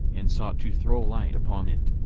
and sought to throw light upon it.